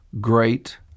great